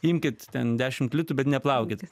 imkit ten dešimt litų bet neplaukit